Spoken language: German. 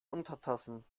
untertassen